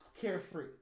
Carefree